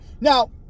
Now